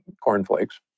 cornflakes